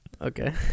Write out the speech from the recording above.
Okay